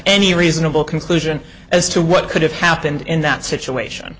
any reasonable conclusion as to what could have happened in that situation